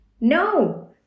No